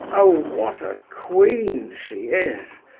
oh, what a queen she is!